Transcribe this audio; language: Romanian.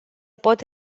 pot